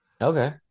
Okay